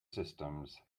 systems